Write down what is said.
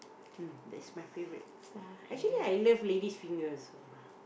mm that's my favorite actually I love lady's finger also